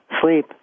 sleep